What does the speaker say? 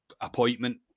appointment